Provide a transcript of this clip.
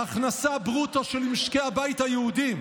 ההכנסה ברוטו של משקי הבית היהודיים,